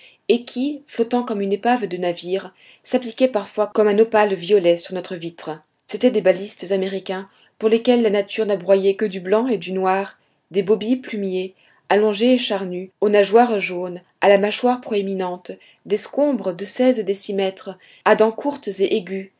et qui flottant comme une épave de navire s'appliquaient parfois comme un opaque volet sur notre vitre c'étaient des balistes américains pour lesquels la nature n'a broyé que du blanc et du noir des bobies plumiers allongés et charnus aux nageoires jaunes à la mâchoire proéminente des scombres de seize décimètres à dents courtes et aiguës